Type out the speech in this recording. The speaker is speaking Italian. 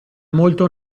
molto